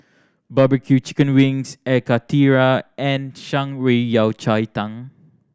barbecue chicken wings Air Karthira and Shan Rui Yao Cai Tang